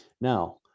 Now